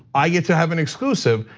i get to have an exclusive,